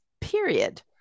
period